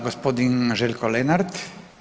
Gospodin Željko Lenart.